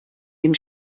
dem